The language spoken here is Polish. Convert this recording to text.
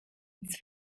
nic